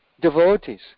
Devotees